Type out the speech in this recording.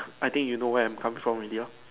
I think you know where I'm come from already lah